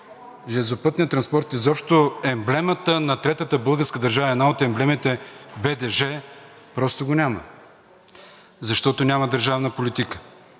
Железопътният транспорт изобщо е емблемата на Третата българска държава, една от емблемите – БДЖ, просто я няма, защото няма държавна политика.